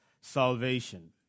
salvation